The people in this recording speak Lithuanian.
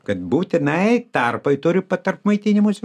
kad būtinai tarpai turi pa tarp maitinimųsi